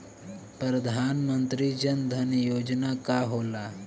प्रधानमंत्री जन धन योजना का होला?